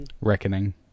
Reckoning